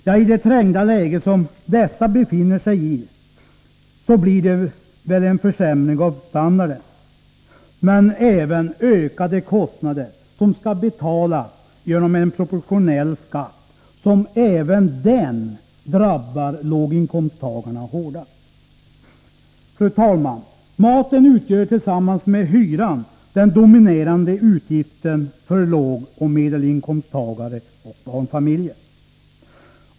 Ja, i det trängda läge som dessa befinner sig i blir det väl en försämnng av standarden men även ökade kostnader som skall betalas ucnom en proportionell skatt, som även den drabbar låginkomsttagarna hårdast fu talman! Maten utgör tillsammans med hyran den dominerande utgiften för lågoch medelinkomsttagare och barnfamiljer.